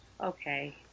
Okay